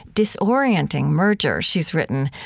disorienting merger, she's written,